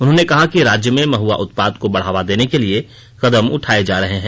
उन्होंने कहा कि राज्य में महुआ उत्पाद को बढ़ावा देने के लिए कदम उठाये जा रहे हैं